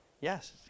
yes